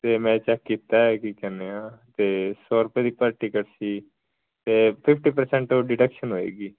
ਅਤੇ ਮੈਂ ਚੈੱਕ ਕੀਤਾ ਕੀ ਕਹਿੰਦੇ ਆ ਅਤੇ ਸੌ ਰੁਪਏ ਦੀ ਪਰ ਟਿਕਟ ਸੀ ਅਤੇ ਫਿਫਟੀ ਪ੍ਰਸੈਂਟ ਉਹ ਡੀਡਕਸ਼ਨ ਹੋਏਗੀ